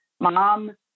Mom